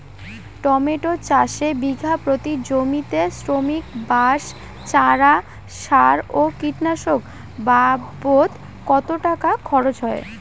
Tomato চাষে বিঘা প্রতি জমিতে শ্রমিক, বাঁশ, চারা, সার ও কীটনাশক বাবদ কত টাকা খরচ হয়?